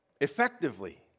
Effectively